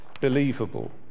believable